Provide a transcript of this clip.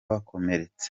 bakomeretse